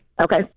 Okay